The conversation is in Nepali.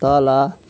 तल